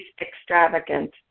extravagant